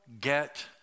get